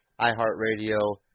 iHeartRadio